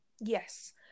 yes